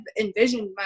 envisioned